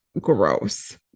gross